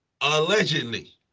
Allegedly